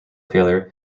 failure